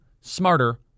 smarter